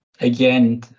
Again